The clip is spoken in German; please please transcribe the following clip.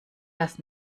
das